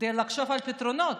כדי לחשוב על פתרונות.